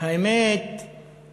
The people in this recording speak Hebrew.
תודה רבה, האמת שהכותרת